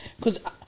cause